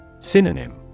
Synonym